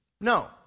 No